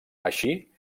així